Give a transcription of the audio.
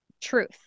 truth